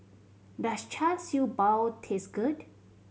does Char Siew Bao taste good